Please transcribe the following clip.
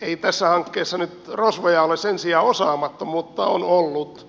ei tässä hankkeessa nyt rosvoja ole sen sijaan osaamattomuutta on ollut